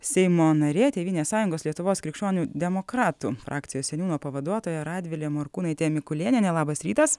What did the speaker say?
seimo narė tėvynės sąjungos lietuvos krikščionių demokratų frakcijos seniūno pavaduotoja radvilė morkūnaitė mikulėnienė labas rytas